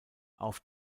auf